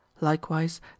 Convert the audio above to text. likewise